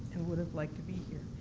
and would have liked to be here.